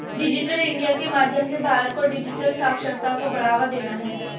digital India के माध्यम से भारत को डिजिटल साक्षरता को बढ़ावा देना है